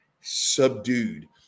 subdued